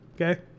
Okay